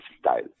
style